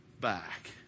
back